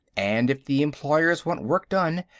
and if the employers want work done,